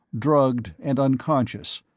drugged and unconscious,